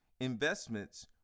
investments